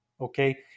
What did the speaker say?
okay